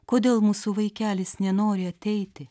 kodėl mūsų vaikelis nenori ateiti